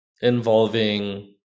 involving